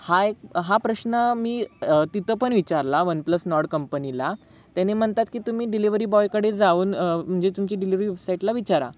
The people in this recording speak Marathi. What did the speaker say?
हा एक हा प्रश्न मी तिथं पण विचारला वन प्लस नॉड कंपनीला त्याने म्हणतात की तुम्ही डिलिव्हरी बॉयकडे जाऊन म्हणजे तुमची डिलिव्हरी सेटला विचारा